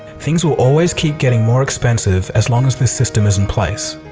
things will always keep getting more expensive as long as this system is in place.